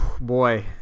boy